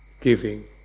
giving